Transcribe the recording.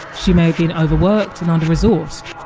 she may have been overworked and under resourced.